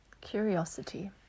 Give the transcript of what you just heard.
curiosity